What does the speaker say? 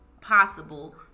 possible